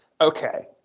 okay